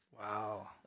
Wow